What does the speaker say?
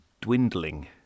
dwindling